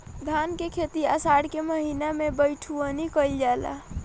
धान के खेती आषाढ़ के महीना में बइठुअनी कइल जाला?